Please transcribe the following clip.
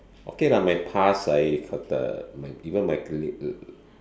okay lah my past I the my even my colleague